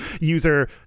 user